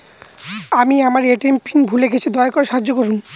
আমি আমার ATM PIN ভুলে গেছি, দয়া করে সাহায্য করুন